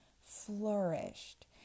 flourished